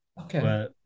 Okay